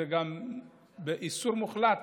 זה גם איסור מוחלט